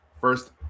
first –